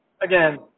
Again